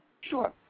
Sure